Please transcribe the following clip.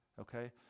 okay